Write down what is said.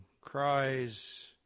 cries